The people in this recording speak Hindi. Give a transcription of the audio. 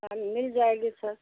मिल जाएगी सर